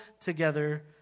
together